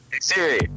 Siri